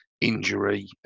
injury